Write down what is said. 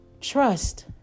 Trust